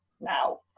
now